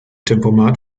tempomat